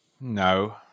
No